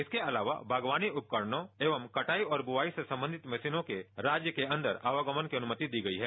इसके अलावा बागवानी उपकरणों एवं कटाई और ब्रवाई से संबंधित मशीनों के राज्य के अंदर आवागमन की अनुमति दी गई है